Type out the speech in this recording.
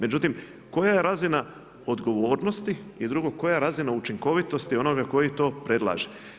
Međutim, koja je razina odgovornosti i drugo koja je razina učinkovitosti onoga koji to predlaže.